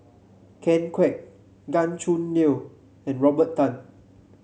Ken Kwek Gan Choo Neo and Robert Tan